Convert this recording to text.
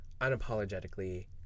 unapologetically